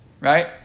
right